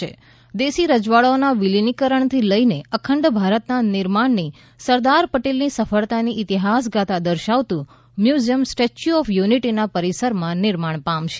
ૈ દેશી રજવાડાઓના વિલીનીકરણથી લઇને અખંડ ભારતના નિર્માણની સરદાર પટેલની સફળતાની ઇતિહાસગાથા દર્શાવતું મ્યુઝીયમ સ્ટેચ્યુ ઓફ યુનીટીના પરીસરમાં નિર્માણ પામશે